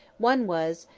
one was,